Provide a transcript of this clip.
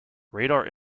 radar